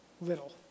little